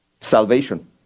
salvation